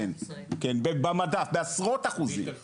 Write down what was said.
כן, במדף, ליטר חלב.